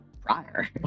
prior